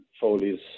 Foley's